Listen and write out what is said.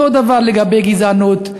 אותו דבר לגבי גזענות.